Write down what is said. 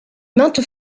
maintes